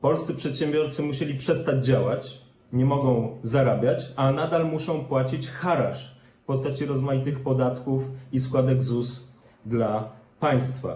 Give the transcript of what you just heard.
Polscy przedsiębiorcy musieli przestać działać, nie mogą zarabiać, a nadal muszą płacić haracz w postaci rozmaitych podatków i składek ZUS dla państwa.